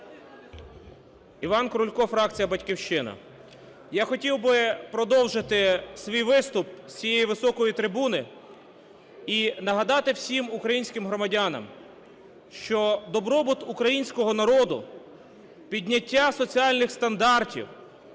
Іван Крулько, фракція "Батьківщина". Я хотів би продовжити свій виступ з цієї високої трибуни і нагадати всім українським громадянам, що добробут українського народу, підняття соціальних стандартів